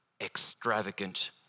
extravagant